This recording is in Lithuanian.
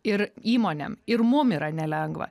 ir įmonėm ir mum yra nelengva